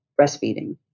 breastfeeding